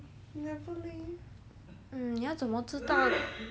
嗯你要怎么知道